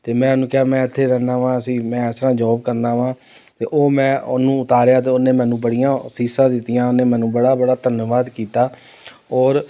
ਅਤੇ ਮੈਂ ਉਹਨੂੰ ਕਿਹਾ ਮੈਂ ਇੱਥੇ ਰਹਿੰਦਾ ਹਾਂ ਅਸੀਂ ਮੈਂ ਇਸ ਤਰ੍ਹਾਂ ਜੋਬ ਕਰਨਾ ਹਾਂ ਅਤੇ ਉਹ ਮੈਂ ਉਹਨੂੰ ਉਤਾਰਿਆ ਅਤੇ ਉਹਨੇ ਮੈਨੂੰ ਬੜੀਆਂ ਅਸੀਸਾਂ ਦਿੱਤੀਆਂ ਉਹਨੇ ਮੈਨੂੰ ਬੜਾ ਬੜਾ ਧੰਨਵਾਦ ਕੀਤਾ ਔਰ